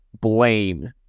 blame